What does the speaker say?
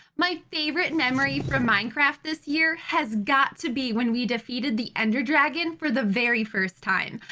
my favorite memory from minecraft this year has got to be when we defeated the ender dragon for the very first time.